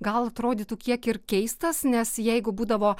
gal atrodytų kiek ir keistas nes jeigu būdavo